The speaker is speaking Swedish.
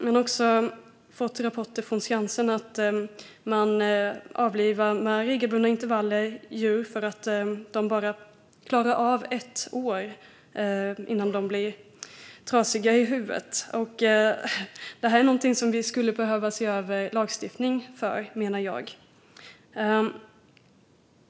Vi har också fått rapporter från Skansen om att man med regelbundna intervaller avlivar djur därför att de bara klarar av ett år innan de blir trasiga i huvudet. Här menar jag att vi behöver se över lagstiftningen.